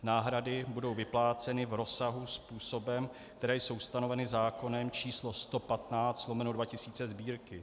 Náhrady budou vypláceny v rozsahu způsobem, které jsou stanoveny zákonem číslo 115/2000 Sb.